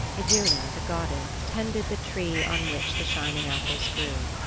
iduna, the goddess, tended the tree on which the shining apples grew.